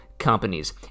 companies